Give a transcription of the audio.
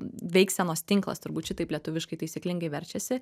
veiksenos tinklas turbūt šitaip lietuviškai taisyklingai verčiasi